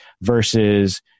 versus